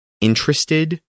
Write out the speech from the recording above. interested